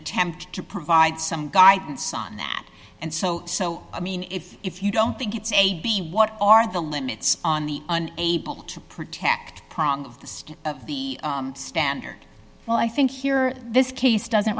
attempt to provide some guidance on that and so so i mean if if you don't think it's a b what are the limits on the able to protect prong of the state of the standard well i think here this case doesn't